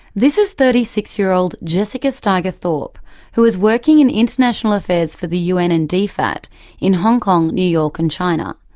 this is thirty six year old jessica steiger-thorpe who was working in international affairs for the un and dfat in hong kong, new york and china.